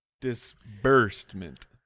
Disbursement